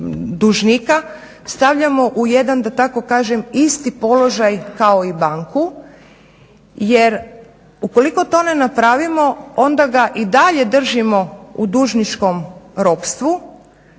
dužnika stavljamo u jedan da tako kažem isti položaj kao i banku. Jer ukoliko to ne napravimo onda ga i dalje držimo u dužničkom ropstvu,